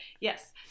yes